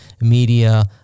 media